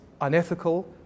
unethical